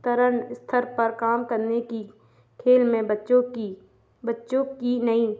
स्थल पर काम करने की खेल में बच्चों की बच्चों की नई